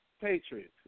Patriots